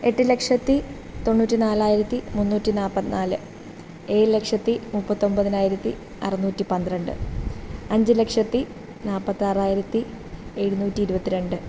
എട്ട് ലക്ഷത്തി തൊണ്ണൂറ്റി നാലായിരത്തി മുന്നൂറ്റി നാൽപ്പത്തി നാല് ഏഴ് ലക്ഷത്തി മുപ്പത്തൊൻപതിനായിരത്തീ അറുന്നൂറ്റി പന്ത്രണ്ട് അഞ്ച് ലക്ഷത്തി നാൽപ്പത്താറായിരത്തി എഴുന്നൂറ്റി ഇരുപത്തി രണ്ട്